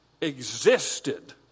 existed